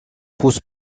pousse